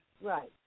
Right